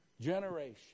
generation